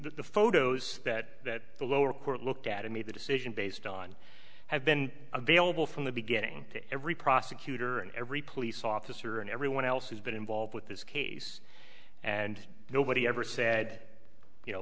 the photos that the lower court looked at and made the decision based on have been available from the beginning to every prosecutor and every police officer and everyone else who's been involved with this case and nobody ever said you know